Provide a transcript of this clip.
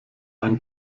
ein